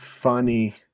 funny